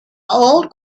old